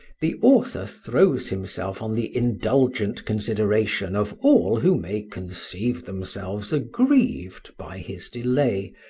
the author throws himself on the indulgent consideration of all who may conceive themselves aggrieved by his delay,